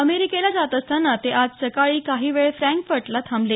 अमेरिकाला जात असताना ते आज सकाळी काही वेळ फ्रॅन्कफर्टला थांबले